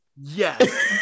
Yes